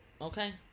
Okay